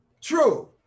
True